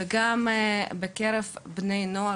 2. מצאנו שבקרב בני נוער,